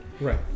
Right